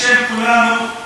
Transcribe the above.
בשם כולנו,